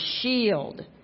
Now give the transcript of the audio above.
shield